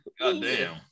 goddamn